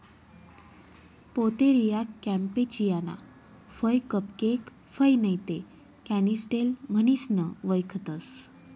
Pouteria campechiana फय cupcake फय नैते कॅनिस्टेल म्हणीसन वयखतंस